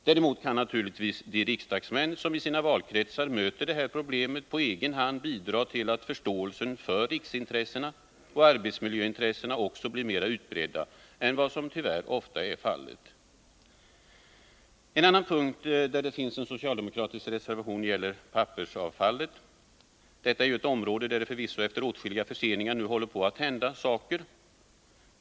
Däremot kan naturligtvis de riksdagsmän, som i sina valkretsar möter det här problemet, på egen hand bidra till att förståelsen för riksintressena och arbetsmiljöintresset också blir mer utbredd än vad som tyvärr ofta är fallet. En annan punkt där det finns en socialdemokratisk reservation gäller pappersavfallet. Detta är ju ett område där det — förvisso efter åtskilliga förseningar — nu håller på att hända saker.